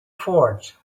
fort